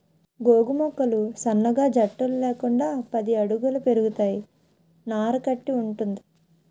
గోగు మొక్కలు సన్నగా జట్టలు లేకుండా పది అడుగుల పెరుగుతాయి నార కట్టి వుంటది